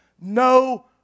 no